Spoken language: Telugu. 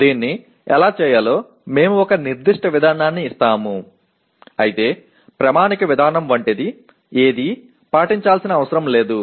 దీన్ని ఎలా చేయాలో మేము ఒక నిర్దిష్ట విధానాన్ని ఇస్తాము అయితే ప్రామాణిక విధానం వంటిది ఏదీ పాటించాల్సిన అవసరం లేదు